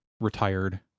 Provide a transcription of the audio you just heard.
retired